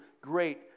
great